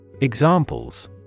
Examples